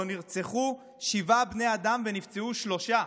שבו נרצחו שבעה בני אדם ונפצעו שלושה,